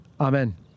Amen